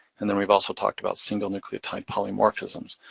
and then we've also talked about single-nucleotide polymorphisms.